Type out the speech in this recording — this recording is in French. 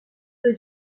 peu